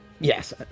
Yes